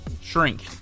shrink